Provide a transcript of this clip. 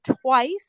twice